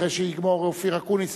אחרי שיגמור אופיר אקוניס,